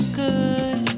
good